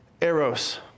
Eros